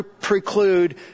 preclude